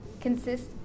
...consists